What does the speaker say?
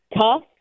tough